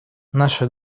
наша